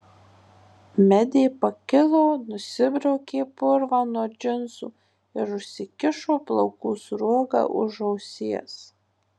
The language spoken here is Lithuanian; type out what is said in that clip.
medė pakilo nusibraukė purvą nuo džinsų ir užsikišo plaukų sruogą už ausies